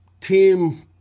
team